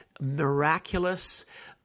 miraculous